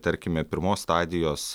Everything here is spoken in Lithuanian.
tarkime pirmos stadijos